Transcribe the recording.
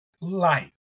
light